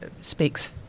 speaks